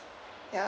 ya